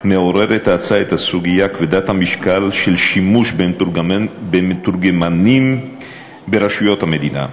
ההצעה מעוררת את הסוגיה כבדת המשקל של שימוש במתורגמנים ברשויות המדינה.